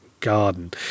garden